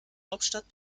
hauptstadt